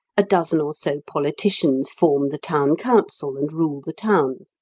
a dozen or so politicians form the town council and rule the town.